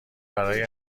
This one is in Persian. برای